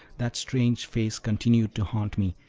that strange face continued to haunt me,